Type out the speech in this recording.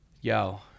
yo